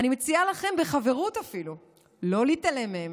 אני מציעה לכם, בחברות אפילו, לא להתעלם מהם.